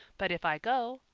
but if i go,